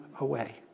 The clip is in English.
away